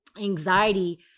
anxiety